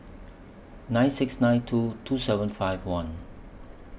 nine six nine two two seven five one